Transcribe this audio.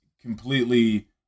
completely